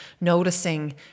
noticing